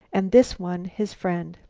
and this one his friend.